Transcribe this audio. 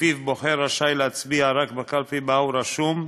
ולפיו בוחר רשאי להצביע רק בקלפי שבה הוא רשום,